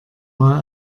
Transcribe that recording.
mal